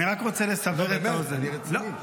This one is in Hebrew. אני רק רוצה לסבר את האוזן --- באמת, אני רציני.